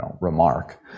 remark